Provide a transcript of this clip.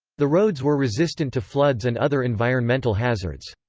the roads were resistant to floods and other environmental hazards.